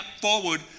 forward